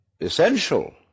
essential